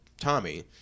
Tommy